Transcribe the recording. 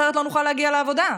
אחרת לא נוכל להגיע לעבודה.